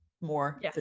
more